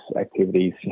activities